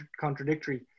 contradictory